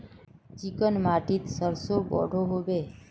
Chicken माटित सरसों बढ़ो होबे?